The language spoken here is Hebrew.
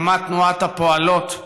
הקמת תנועת הפועלות,